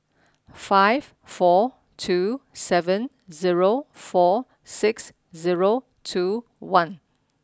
five four two seven zero four six zero two one